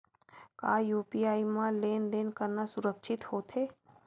का यू.पी.आई म लेन देन करना सुरक्षित होथे?